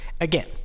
again